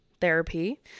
therapy